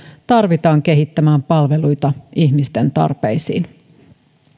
tarvitaan kehittämään palveluita ihmisten tarpeisiin